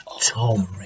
Tom